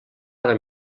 hora